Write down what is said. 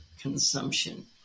consumption